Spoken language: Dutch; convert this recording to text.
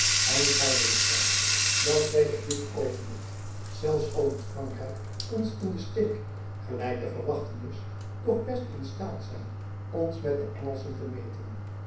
en gy weet zelf dat wy op dit oogenblik zelfs al liet frankrijk ons in de steek gelijk te verwachten is toch best in staat zijn ons met de engelschen te meten